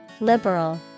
Liberal